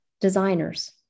designers